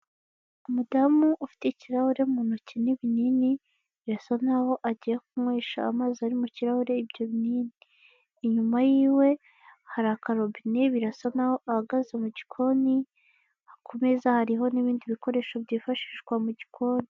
Umudamu ufite ikirahure mu ntoki n'ibinini, birasa nkaho agiye kunywesha amazi ari mu kirahure ibyo binini, inyuma yiwe hari akarobine, birasa naho ahagaze mu gikoni, ku meza hariho n'ibindi bikoresho byifashishwa mu gikoni.